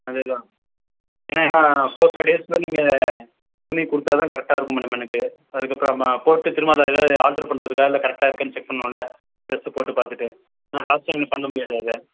அதேதான் ஏன்னா என்னென்னா ஃபோர் ஃபைவ் டேஸுக்குள்ள நீங்கள் துணி கொடுத்தா தான் கரெக்டாக இருக்கும் மேடம் எனக்கு அதுக்கப்புறமா போட்டு திரும்ப அதை எது ஆல்டர் பண்றதுக்கா இல்லை கரெக்டாக இருக்கானு செக் பண்ணணுமில்ல டிரஸ்ஸு போட்டு பார்த்துட்டு ஏன்னா லாஸ்ட் டைமில் பண்ண முடியாது அதை